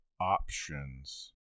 options